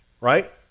right